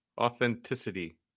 Authenticity